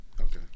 Okay